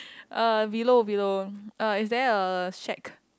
uh below below uh is there a shack